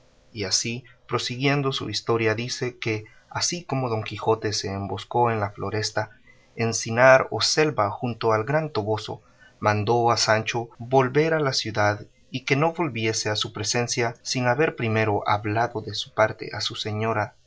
y así prosiguiendo su historia dice que así como don quijote se emboscó en la floresta encinar o selva junto al gran toboso mandó a sancho volver a la ciudad y que no volviese a su presencia sin haber primero hablado de su parte a su señora